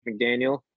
McDaniel